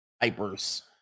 diapers